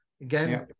Again